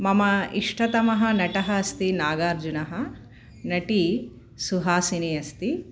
मम इष्टतमः नटः अस्ति नागार्जुनः नटी सुहासिनी अस्ति